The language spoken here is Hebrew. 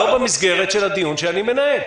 לא במסגרת של הדיון שאני מנהל.